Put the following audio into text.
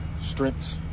strengths